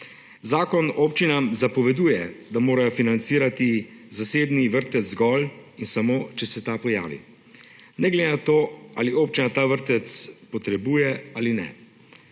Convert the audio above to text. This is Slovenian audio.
Zakon občinam zapoveduje, da morajo financirati zasebni vrtec zgolj in samo, če se ta pojavi, ne glede na to, ali občina ta vrtec potrebuje ali ne.